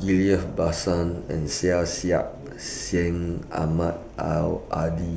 Ghillie BaSan and Syed Syed Sing Ahmad Al Hadi